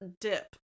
dip